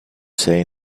say